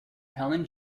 helen